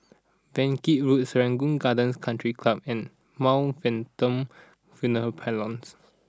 Yan Kit Road Serangoon Gardens Country Club and Mount Venton Funeral Parlours